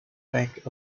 bank